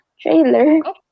trailer